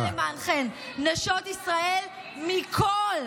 היא רק למענכן, נשות ישראל מכל,